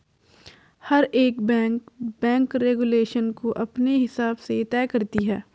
हर एक bank bank regulation को अपने हिसाब से तय करती है